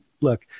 look